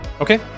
Okay